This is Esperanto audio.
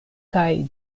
kaj